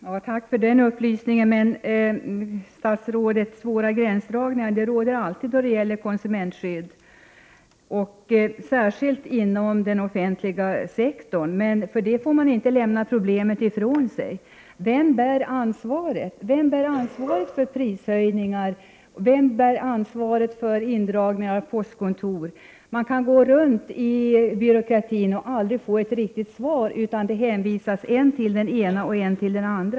Herr talman! Jag vill tacka statsrådet för den upplysningen. Men svåra gränsdragningar blir det alltid då det gäller konsumentskydd, och särskilt inom den offentliga sektorn. Men för det får man inte skjuta problemet ifrån sig. Vem bär ansvaret för prishöjningar, vem bär ansvaret för indragningar av postkontor? Man kan gå runt i byråkratin och aldrig få ett riktigt svar. Det hänvisas än till den ena, än till den andra.